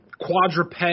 quadruped